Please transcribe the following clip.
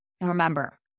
remember